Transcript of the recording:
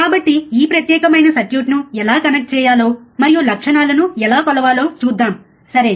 కాబట్టి ఈ ప్రత్యేకమైన సర్క్యూట్ను ఎలా కనెక్ట్ చేయాలో మరియు లక్షణాలను ఎలా కొలవాలో చూద్దాం సరే